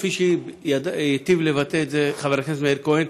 כפי שהיטיב לבטא את זה חבר הכנסת מאיר כהן,